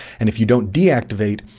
and if you don't deactivate,